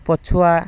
ପଛୁଆ